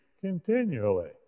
continually